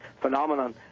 phenomenon